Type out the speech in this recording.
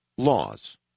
laws